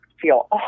feel